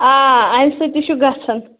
آ امَہ سۭتۍ تہِ چھُ گَژھان